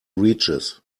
breeches